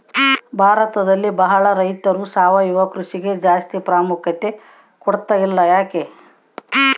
ಭಾರತದಲ್ಲಿ ಬಹಳ ರೈತರು ಸಾವಯವ ಕೃಷಿಗೆ ಜಾಸ್ತಿ ಪ್ರಾಮುಖ್ಯತೆ ಕೊಡ್ತಿಲ್ಲ ಯಾಕೆ?